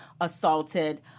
assaulted